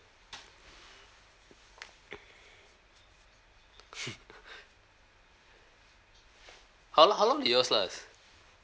how long how long did yours last